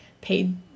paid